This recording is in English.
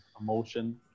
emotion